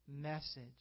message